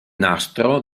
nastro